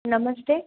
नमस्ते